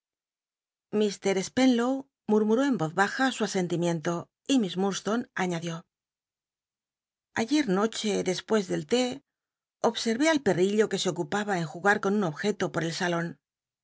ilr spenlow murmth ú en roz baja su asentimiento y miss mutdstone aiíadió ayet noche despnes del té observé al pettilo que se ocupaba en jugat con un objeto pot el salon